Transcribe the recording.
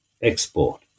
export